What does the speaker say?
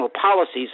policies